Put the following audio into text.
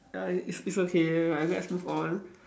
ya it's it's okay ah let's move on